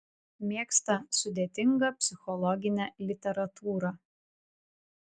mėgsta sudėtingą psichologinę literatūrą